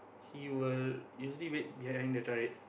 he will usually wait behind the time